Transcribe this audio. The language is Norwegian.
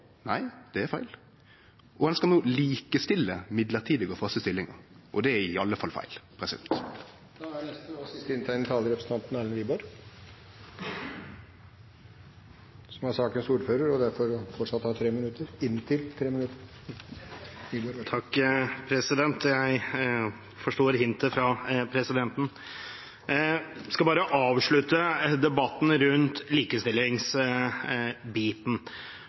nei, det er feil. Ein ønskjer no å likestille mellombelse og faste stillingar – og det er iallfall feil. Da er neste og siste inntegnede taler representanten Erlend Wiborg, som er sakens ordfører og derfor fortsatt har en taletid på 3 minutter – inntil 3 minutter. Jeg forstår hintet fra presidenten. Jeg skal bare avslutte debatten rundt